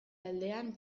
aldean